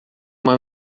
uma